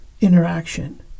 interaction